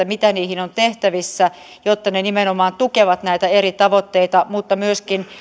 mitä niihin on tehtävissä jotta ne nimenomaan tukevat näitä eri tavoitteita mutta myöskin